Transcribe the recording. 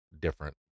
different